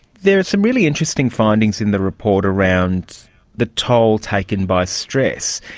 there are some really interesting findings in the report around the toll taken by stress,